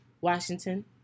Washington